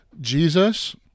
Jesus